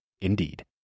Indeed